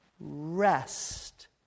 rest